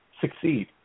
succeed